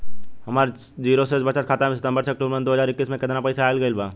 हमार जीरो शेष बचत खाता में सितंबर से अक्तूबर में दो हज़ार इक्कीस में केतना पइसा आइल गइल बा?